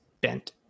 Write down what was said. bent